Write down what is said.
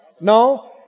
No